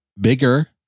bigger